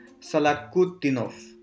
Salakutinov